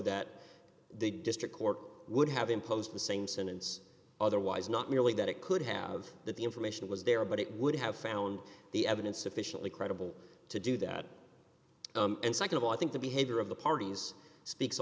that the district court would have imposed the same sentence otherwise not merely that it could have that the information was there but it would have found the evidence sufficiently credible to do that and nd of all i think the behavior of the parties speaks a